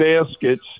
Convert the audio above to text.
baskets